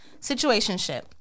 situationship